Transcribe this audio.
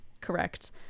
Correct